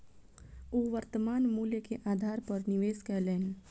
ओ वर्त्तमान मूल्य के आधार पर निवेश कयलैन